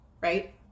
right